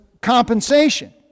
compensation